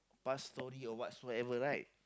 past story or whatsoever right